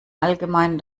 allgemeinen